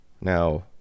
Now